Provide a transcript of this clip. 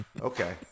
Okay